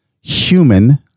human